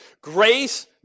Grace